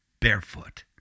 barefoot